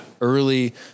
early